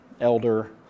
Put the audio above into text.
elder